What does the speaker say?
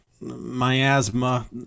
miasma